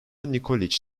nikoliç